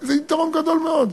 זה יתרון גדול מאוד.